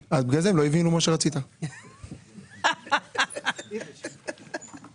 אזולאי, סמנכ"ל מסחרי של טכולוגיית להבים, בקשה.